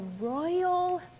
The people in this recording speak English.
royal